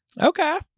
Okay